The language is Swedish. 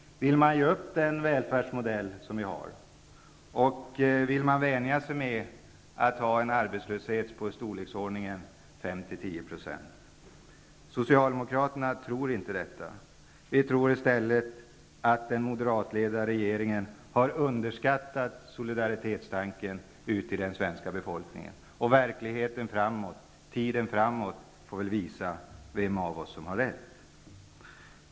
Vill man ge upp den välfärdsmodell vi har? Vill man vänja sig vid en arbetslöshet på 5--10 %? Socialdemokraterna tror inte det. Vi tror i stället att den moderatledda regeringen har underskattat solidaritetstanken hos den svenska befolkningen. Tiden får väl visa vem av oss som har rätt.